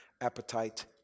appetite